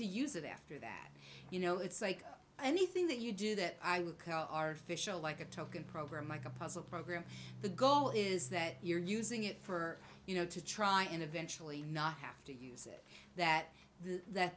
to use it after that you know it's like anything that you do that i would call our official like a token program like a puzzle program the goal is that you're using it for you know to try and eventually not have to use it that th